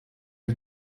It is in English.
you